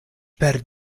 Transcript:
per